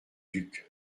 duc